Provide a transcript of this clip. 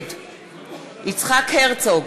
נגד יצחק הרצוג,